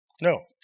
No